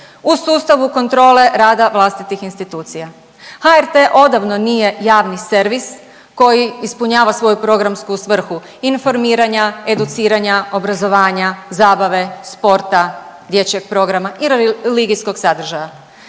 u sustavu kontrole rada vlastitih institucija HRT odavno nije javni servis koji ispunjava svoju programsku svrhu informiranja, educiranja obrazovanja, zabave, sporta, dječjeg programa i religijskog sadržaja.